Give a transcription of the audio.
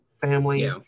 Family